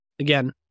Again